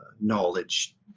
knowledge